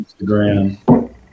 Instagram